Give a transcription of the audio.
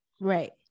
Right